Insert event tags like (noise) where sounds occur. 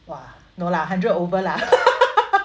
!wah! no lah hundred over lah (laughs)